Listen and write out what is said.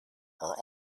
are